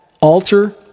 alter